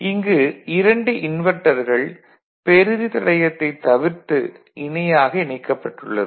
இங்கு இரண்டு இன்வெர்ட்டர்கள் பெறுதி தடையத்தைத் தவிர்த்து இணையாக இணைக்கப்பட்டுள்ளது